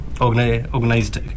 organized